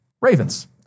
Ravens